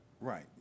Right